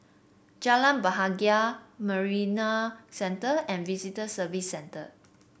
Jalan Bahagia Marina Centre and Visitor Services Centre